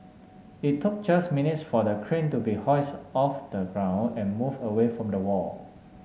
it took just minutes for the crane to be hoisted off the ground and moved away from the wall